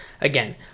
again